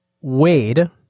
Wade